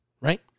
Right